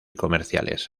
comerciales